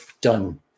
Done